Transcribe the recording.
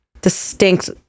distinct